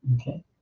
Okay